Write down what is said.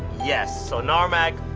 yes. so narmak,